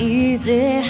easy